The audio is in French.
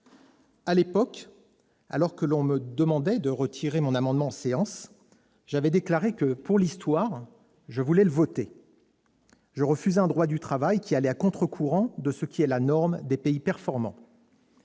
À l'époque, alors que l'on me demandait de retirer mon amendement en séance, j'avais déclaré que je voulais qu'il soit mis aux voix « pour l'histoire ». Je refusais un droit du travail qui allait à contre-courant de ce qui est la norme des pays performants.